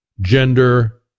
gender